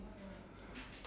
okay